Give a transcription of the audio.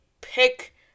pick